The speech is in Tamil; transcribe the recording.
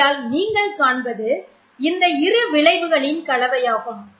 ஆகையால் நீங்கள் காண்பது இந்த இரு விளைவுகளின் கலவையாகும்